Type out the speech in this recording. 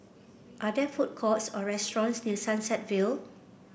are there food courts or restaurants near Sunset Vale